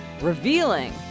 revealing